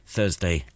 Thursday